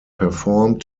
performed